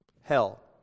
Hell